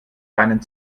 deinen